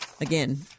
again